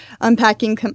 unpacking